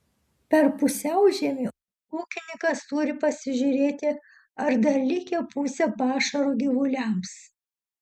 per pusiaužiemį ūkininkas turi pasižiūrėti ar dar likę pusė pašaro gyvuliams